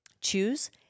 choose